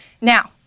Now-